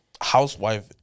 housewife